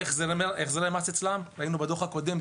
החזרי מס אצלם ראינו בדוח הקודם,